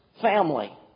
family